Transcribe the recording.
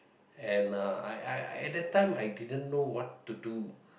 and (uh)I I I at that time I didn't know what to do